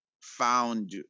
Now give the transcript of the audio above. found